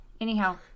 Anyhow